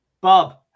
Bob